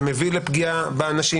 זה מביא לפגיעה באנשים.